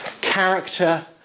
Character